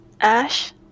Ash